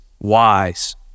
wise